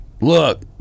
Look